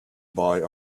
buy